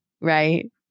right